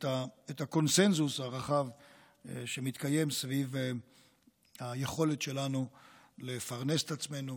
את הקונסנזוס הרחב שמתקיים סביב היכולת שלנו לפרנס את עצמנו,